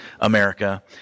America